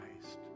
Christ